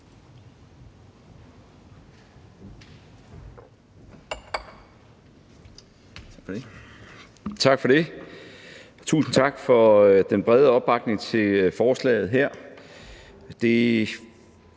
Tak for det. Tusind tak for den brede opbakning til forslaget her.